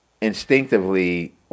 instinctively